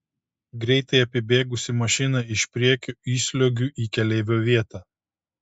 greitai apibėgusi mašiną iš priekio įsliuogiu į keleivio vietą